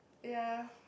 ya